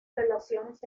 relaciones